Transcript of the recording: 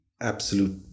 absolute